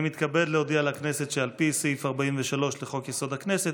אני מתכבד להודיע לכנסת שעל פי סעיף 43 לחוק-יסוד: הכנסת,